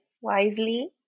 wisely